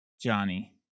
Johnny